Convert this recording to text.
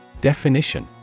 Definition